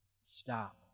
Stop